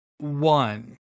One